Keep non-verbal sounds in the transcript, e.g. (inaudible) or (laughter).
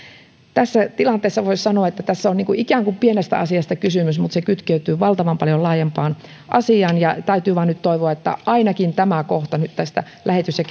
tässä tilanteessa voisi sanoa että tässä on ikään kuin pienestä asiasta kysymys mutta se kytkeytyy valtavan paljon laajempaan asiaan täytyy vain nyt toivoa että ainakin tämä kohta tästä lähetys ja (unintelligible)